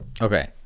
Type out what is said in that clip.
okay